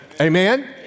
Amen